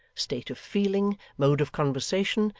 state of feeling, mode of conversation,